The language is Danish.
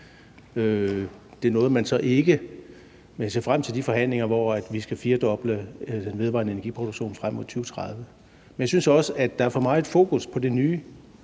men det nåede man så ikke, men jeg ser frem til de forhandlinger, hvor vi skal firedoble vedvarende energi-produktion frem mod 2030. Jeg synes også, at der er for meget fokus på det nye,